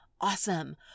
Awesome